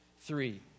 Three